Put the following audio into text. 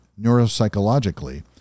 neuropsychologically